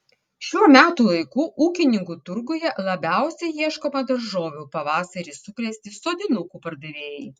šiuo metų laiku ūkininkų turguje labiausiai ieškoma daržovių pavasarį suklesti sodinukų pardavėjai